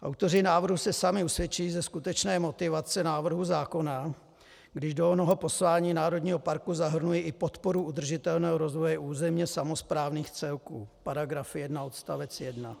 Autoři návrhu se sami usvědčují ze skutečné motivace návrhu zákona, když do onoho poslání národního parku zahrnují i podporu udržitelného rozvoje územně samosprávných celků § 1 odst. 1.